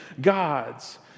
gods